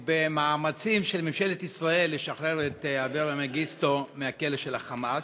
במאמצים של ממשלת ישראל לשחרר את אברה מנגיסטו מהכלא של ה"חמאס"?